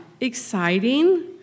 exciting